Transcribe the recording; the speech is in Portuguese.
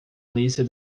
lista